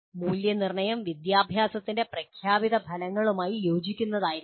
മൂല്യനിർണ്ണയം വിദ്യാഭ്യാസത്തിന്റെ പ്രഖ്യാപിത ഫലങ്ങളുമായി യോജിക്കുന്നതായിരിക്കണം